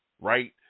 right